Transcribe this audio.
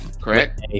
correct